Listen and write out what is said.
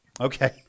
Okay